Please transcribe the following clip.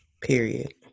period